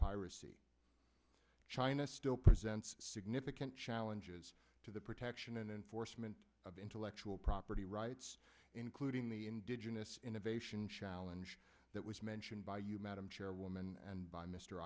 piracy china still presents significant challenges to the protection and enforcement of intellectual property rights including the indigenous innovation challenge that was mentioned by you madam chairwoman and by mr